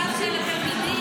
המצב של התלמידים?